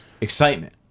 excitement